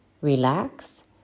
Relax